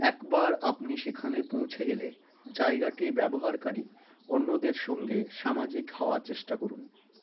একবার আপনি সেখানে পৌঁছে গেলে জায়গাটি ব্যবহারকারী অন্যদের সঙ্গে সামাজিক হওয়ার চেষ্টা করুন